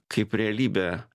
kaip realybė